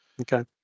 Okay